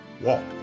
Walk